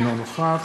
אינו נוכח